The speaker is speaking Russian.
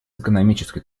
экономической